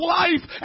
life